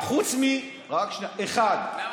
אין תקציב.